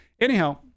anyhow